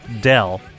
Dell